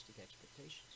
expectations